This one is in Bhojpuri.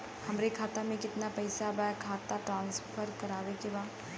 हमारे खाता में कितना पैसा बा खाता ट्रांसफर करावे के बा?